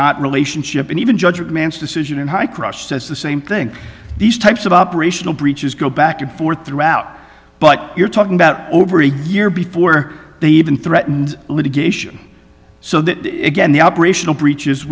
not relationship and even judge man's decision and i crush says the same thing these types of operational breaches go back and forth throughout but you're talking about over a year before they even threatened litigation so that it again the operational breaches